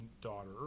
daughter